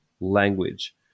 language